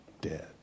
dead